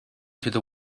through